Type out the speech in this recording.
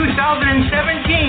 2017